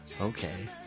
Okay